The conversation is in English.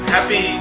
Happy